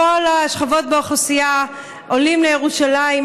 כל השכבות באוכלוסייה עולים לירושלים,